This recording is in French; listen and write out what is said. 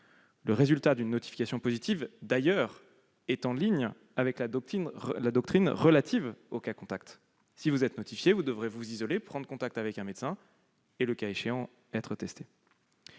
Le résultat d'une notification positive est d'ailleurs en ligne avec la doctrine relative aux cas contacts : une fois notifié, vous devrez vous isoler, prendre contact avec un médecin et, le cas échéant, être testé.